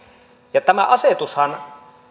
tämä asetushan